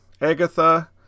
Agatha